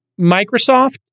microsoft